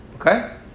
okay